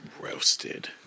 Roasted